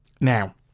Now